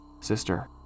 Sister